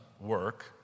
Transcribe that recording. work